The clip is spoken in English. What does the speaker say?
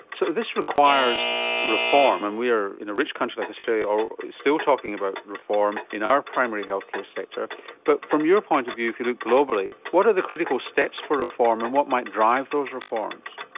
so this requires reform and we are in a rich country like australia still talking about reform in our primary health care sector but from your point of view if you look globally what are the critical steps for reform and what might drive those reforms?